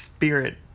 Spirit